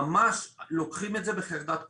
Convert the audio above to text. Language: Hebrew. ממש לוקחים את זה בחרדת קודש.